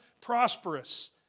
prosperous